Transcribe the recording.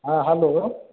হ্যাঁ হ্যালো